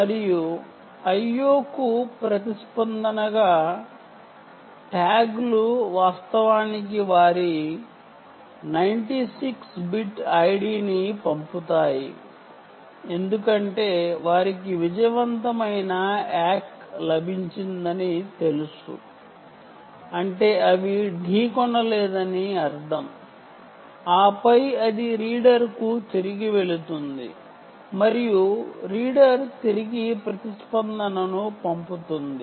మరియు అక్నాలెడ్జిమెంట్ కు ప్రతిస్పందనగా ట్యాగ్లు వాస్తవానికి వాటి 96 బిట్ ID ని పంపుతాయి ఎందుకంటే వాటికి విజయవంతమైన అక్నాలెడ్జిమెంట్ లభించిందని తెలుసు అంటే అవి ఢీ కొనలేదని అర్థం ఆపై అది రీడర్కు తిరిగి వెళుతుంది మరియు రీడర్ తిరిగి ప్రతిస్పందనను పంపుతుంది